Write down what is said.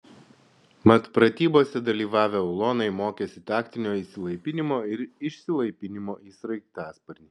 mat pratybose dalyvavę ulonai mokėsi taktinio įsilaipinimo ir išsilaipinimo į sraigtasparnį